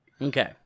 Okay